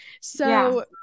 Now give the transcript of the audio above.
So-